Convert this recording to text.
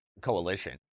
coalition